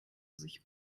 sich